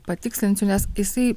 patikslinsiu nes jisai